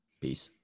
Peace